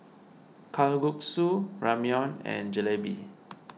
Kalguksu Ramyeon and Jalebi